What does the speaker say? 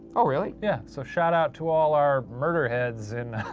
oh really? yeah. so shout out to all our murderheads in